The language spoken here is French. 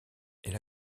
elle